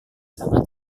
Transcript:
sangat